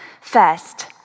First